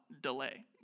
delay